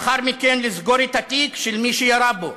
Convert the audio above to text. ולאחר מכן לסגור את התיק של מי שירה בו.